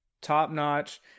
top-notch